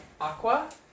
Aqua